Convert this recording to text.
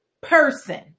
person